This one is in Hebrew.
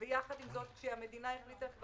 הייתה החלטת ממשלה